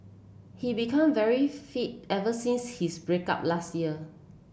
he become very fit ever since his break up last year